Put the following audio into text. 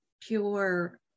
pure